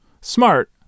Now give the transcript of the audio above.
Smart